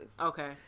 Okay